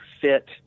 fit